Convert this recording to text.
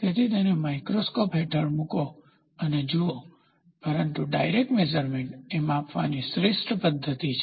તેથી તેને માઇક્રોસ્કોપ હેઠળ મૂકો અને જુઓ પરંતુ ડાયરેક્ટ મેઝરમેન્ટ એ માપવાની શ્રેષ્ઠ પદ્ધતિ છે